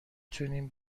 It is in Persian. تونیم